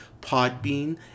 Podbean